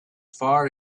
far